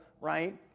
right